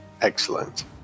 Excellent